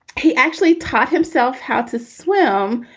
he actually taught himself how to swim,